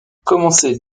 commencée